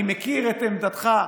אני מכיר את עמדתך,